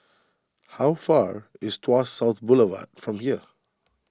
how far is Tuas South Boulevard from here